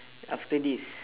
after this